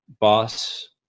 boss